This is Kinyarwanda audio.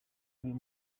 uyu